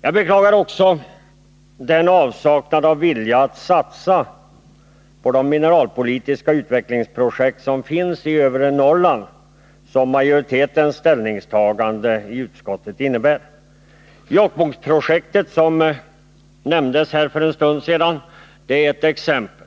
Jag beklagar också den avsaknad av vilja att satsa på de mineralpolitiska utvecklingsprojekten i övre Norrland som majoritetens ställningstagande i utskottet innebär. Jokkmokksprojektet, som nämndes för en stund sedan, är ett exempel.